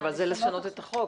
אבל זה לשנות את החוק.